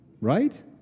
right